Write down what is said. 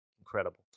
incredible